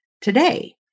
today